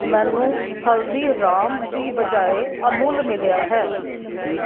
ਮੈਨੂੰ ਹਲਦੀਰਾਮਸ ਦੀ ਬਜਾਏ ਅਮੁਲ ਮਿਲਿਆ ਹੈ